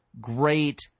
great